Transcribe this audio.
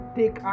take